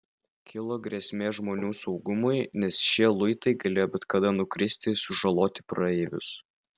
kilo grėsmė žmonių saugumui nes šie luitai galėjo bet kada nukristi ir sužaloti praeivius